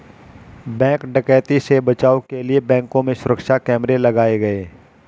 bank डकैती से बचाव के लिए बैंकों में सुरक्षा कैमरे लगाये गये